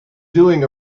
doing